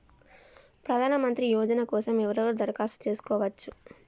ప్రధానమంత్రి యోజన కోసం ఎవరెవరు దరఖాస్తు చేసుకోవచ్చు?